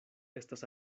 estas